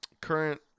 current